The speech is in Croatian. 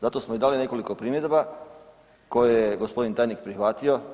Zato smo i dali nekoliko primjedaba koje je gospodin tajnik prihvatio.